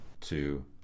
two